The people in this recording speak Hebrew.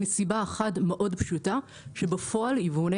מסיבה אחת מאוד פשוטה שבפועל יבואני